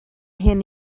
hyn